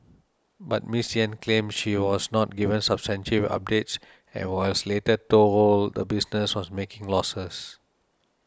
but Miss Yen claims she was not given substantive updates and was later told the business was making losses